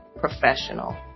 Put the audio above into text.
professional